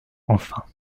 enfin